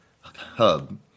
hub